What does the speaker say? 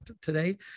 today